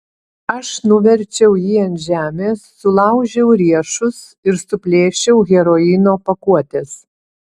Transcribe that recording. aš nuverčiau jį ant žemės sulaužiau riešus ir suplėšiau heroino pakuotes